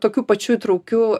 tokiu pačiu įtraukiu